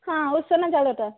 ହଁ ଉଷୁନା ଚାଉଳଟା